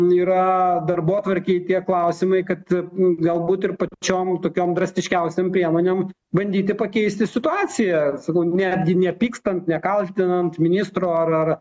yra darbotvarkėj tie klausimai kad galbūt ir pačiom tokiom drastiškiausiom priemonėm bandyti pakeisti situaciją sakau netgi nepykstant nekaltinant ministro ar ar